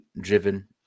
driven